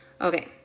Okay